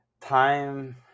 time